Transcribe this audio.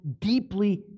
deeply